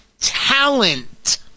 talent